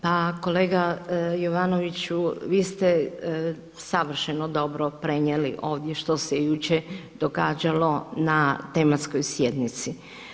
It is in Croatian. Pa kolega Jovanoviću, vi ste savršeno dobro prenijeli ovdje što se jučer događalo na tematskoj sjednici.